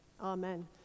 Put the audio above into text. Amen